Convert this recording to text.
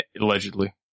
Allegedly